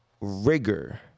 rigor